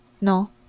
No